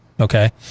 Okay